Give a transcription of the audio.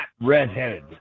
redheaded